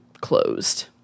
closed